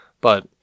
but-